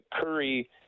Curry